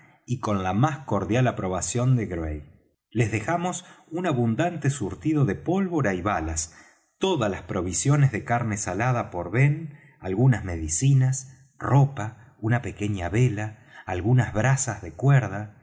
y con la más cordial aprobación de gray les dejamos un abundante surtido de pólvora y balas todas las provisiones de carne salada por ben algunas medicinas ropa una pequeña vela algunas brazas de cuerda